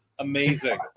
Amazing